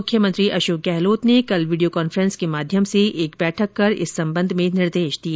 मुख्यमंत्री अशोक गहलोत ने कल वीडियो कॉन्फ्रेंस के माध्यम से एक बैठक कर इस संबंध में निर्देश दिए